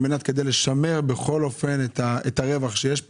כדי לשמר בכל אופן את הרווח שיש פה.